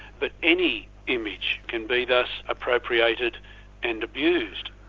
but any image can be thus appropriated and abused.